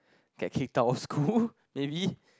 get kicked out of school maybe